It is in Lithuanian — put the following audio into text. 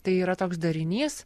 tai yra toks darinys